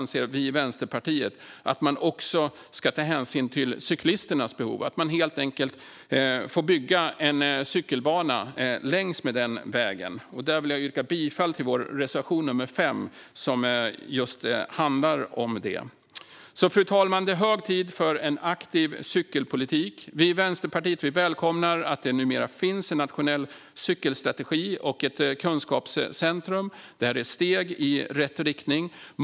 Vi i Vänsterpartiet anser att man också ska ta hänsyn till cyklisternas behov när man bygger två-plus-ett-vägar. Man får helt enkelt bygga en cykelbana längs med vägen. Här vill jag yrka bifall till vår reservation 5, som handlar om just detta. Fru talman! Det är hög tid för en aktiv cykelpolitik. Vi i Vänsterpartiet välkomnar att det numera finns en nationell cykelstrategi och ett kunskapscentrum. Det är ett steg i rätt riktning.